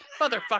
motherfucker